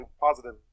positive